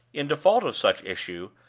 in default of such issue,